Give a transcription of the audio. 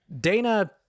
Dana